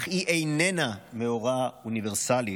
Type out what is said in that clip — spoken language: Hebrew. אך היא איננה מאורע אוניברסלי